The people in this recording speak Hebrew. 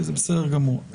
זה בסדר גמור.